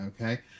okay